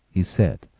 he said,